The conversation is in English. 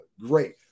Great